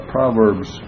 Proverbs